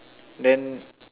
then